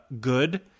good